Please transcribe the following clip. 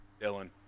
Dylan